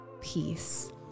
peace